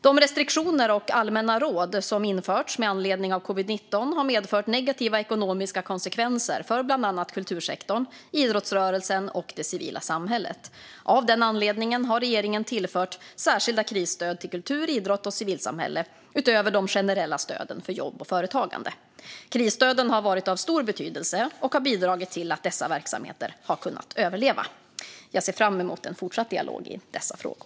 De restriktioner och allmänna råd som införts med anledning av covid-19 har medfört negativa ekonomiska konsekvenser för bland annat kultursektorn, idrottsrörelsen och det civila samhället. Av den anledningen har regeringen tillfört särskilda krisstöd till kultur, idrott och civilsamhälle utöver de generella stöden för jobb och företagande. Krisstöden har varit av stor betydelse och har bidragit till att dessa verksamheter har kunnat överleva. Jag ser fram emot en fortsatt dialog i dessa frågor.